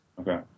Okay